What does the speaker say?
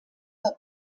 del